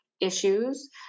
issues